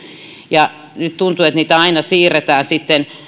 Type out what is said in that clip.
ja nyt tuntuu että niitä aina siirretään sitten